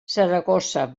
saragossa